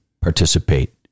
participate